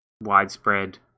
widespread